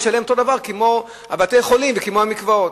ישלם אותו דבר כמו בתי-החולים וכמו המקוואות.